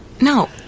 No